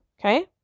Okay